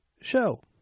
show